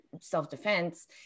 self-defense